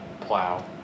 plow